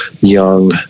young—